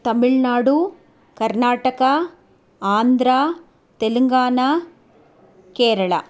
तमिळ्नाडुः कर्नाटकः आन्ध्रा तेलङ्गना केरलः